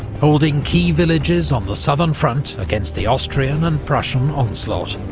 holding key villages on the southern front against the austrian and prussian onslaught.